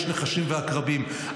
יש נחשים ועקרבים,